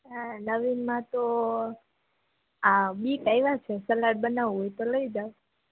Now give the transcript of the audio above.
હા નવીનમાં તો આ બિટ આવ્યા છે સલાડ બનાવવું હોય તો લઈ જાઓ